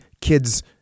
kids